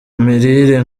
mirire